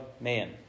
man